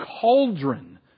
cauldron